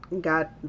got